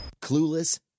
Clueless